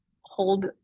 hold